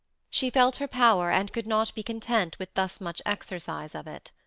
she felt her power, and could not be content with thus much exercise of it.